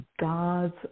God's